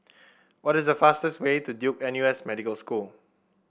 what is the fastest way to Duke N U S Medical School